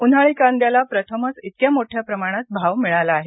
उन्हाळी कांद्याला प्रथमच इतक्या मोठ्या प्रमाणात भाव मिळाला आहे